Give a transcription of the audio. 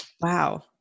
Wow